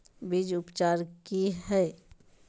बीज उपचार कि हैय?